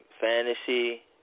fantasy